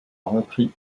repris